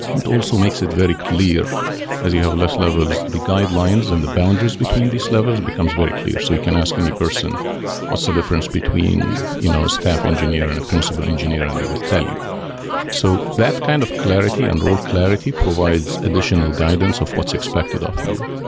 it also makes it very clear as you have less levels, the guidelines and the boundaries between these levels becomes very clear. so you can ask any person what's the so difference between you know a staff engineer and a principal engineer and they will tell you so that kind of clarity and role clarity provides additional guidance of what's expected of you.